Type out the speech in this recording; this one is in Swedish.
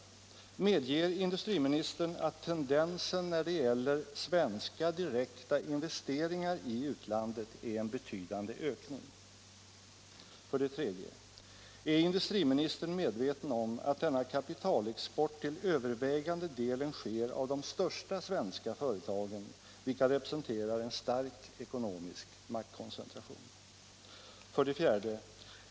Medger industriministern att tendensen när det gäller svenska direkta investeringar i utlandet är en betydande ökning? 3. Ärindustriministern medveten om att denna kapitalexport till övervägande delen sker genom de största svenska företagen, vilka represen 5l terar en stark ekonomisk maktkoncentration? 4.